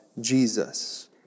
Jesus